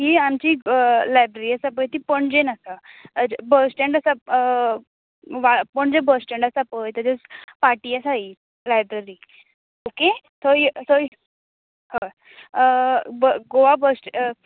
ही आमची लायब्ररी आसा पळय ती पणजेन आसा बस स्टँड आसा वा पणजे बस स्टँड आसा पळय हय तेच्या फाटी आसा ही लायब्ररी ओके थंय थंय हय गोवा बस